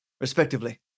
respectively